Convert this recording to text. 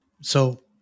So-